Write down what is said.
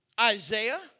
Isaiah